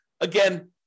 Again